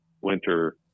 winter